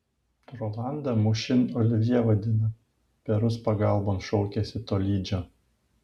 rolandą mūšin olivjė vadina perus pagalbon šaukiasi tolydžio